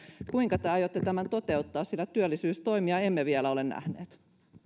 kuinka te aiotte tämän toteuttaa sillä työllisyystoimia emme vielä ole nähneet